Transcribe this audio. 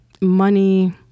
money